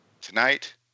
Tonight